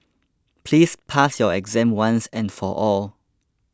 please pass your exam once and for all